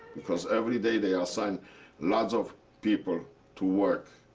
because every day they ah assigned lots of people to work.